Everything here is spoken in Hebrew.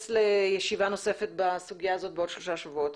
לדיון נוסף בסוגיה הזאת בעוד שלושה שבועות,